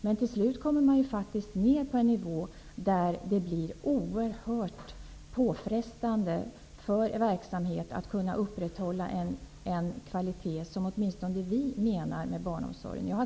Men till slut kommer man faktiskt ner till en nivå där det blir oerhört påfrestande för en verksamhet att upprätthålla den kvalitet som åtminstone vi menar att barnomsorgen skall ha.